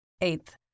Eighth